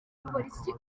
polisi